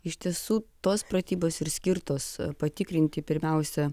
iš tiesų tos pratybos ir skirtos patikrinti pirmiausia